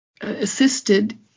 assisted